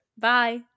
bye